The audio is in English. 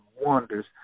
wonders